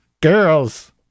Girls